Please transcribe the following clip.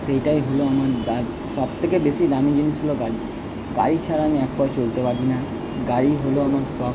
সেইটাই হলো আমার দাস সব থেকে বেশি দামি জিনিস হলো গাড়ি গাড়ি ছাড়া আমি এক পাও চলতে পারি না গাড়ি হলো আমার শখ